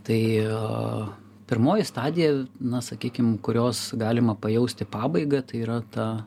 tai pirmoji stadija na sakykim kurios galima pajausti pabaigą tai yra ta